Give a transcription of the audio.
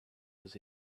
was